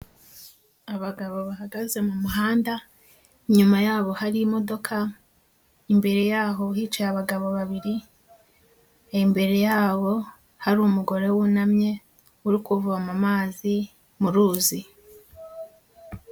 Abagabo bahagaze mu muhanda, inyuma yabo hari imodoka, imbere yaho hicaye abagabo babiri, imbere yabo hari umugore wunamye uri kuvoma amazi mu ruzi.